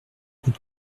coup